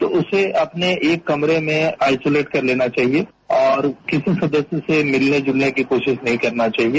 तो उसे अपने एक कमरे में आइसोलेट कर लेना चाहिए और किसी सदस्य से मिलने जुलने की कोशिश नहीं करना चाहिए